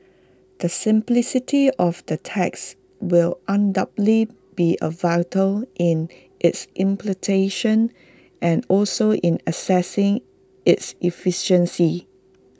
the simplicity of the tax will undoubtedly be A virtue in its implementation and also in assessing its efficacy